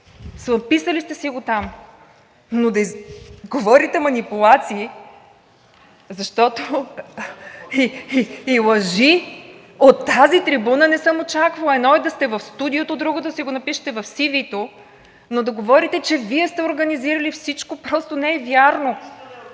записали сте си го там, но да говорите манипулации и лъжи от тази трибуна, не съм очаквала! Едно е да сте в студиото, а друго е да си го напишете в CV-то, но да говорите, че Вие сте организирали всичко, просто не е вярно.